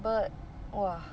but !wah!